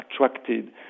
attracted